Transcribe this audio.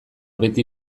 beti